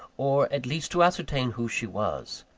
or at least to ascertain who she was.